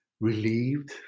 relieved